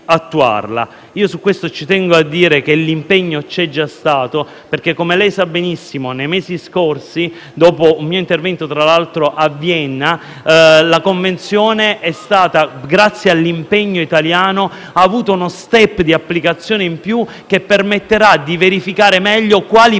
Su questo punto tengo a dire che l'impegno c'è già stato perché, come lei sa benissimo, nei mesi scorsi, dopo un mio intervento a Vienna, la Convenzione ha avuto, grazie all'impegno italiano, uno *step* di applicazione in più che permetterà di verificare meglio quali